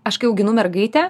aš kai auginu mergaitę